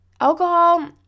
alcohol